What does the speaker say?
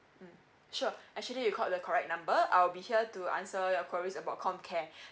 mm sure actually you called the correct number I'll be here to answer your queries about com care